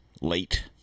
late